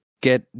get